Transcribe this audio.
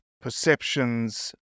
perceptions